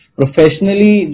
professionally